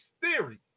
theory